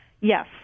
Yes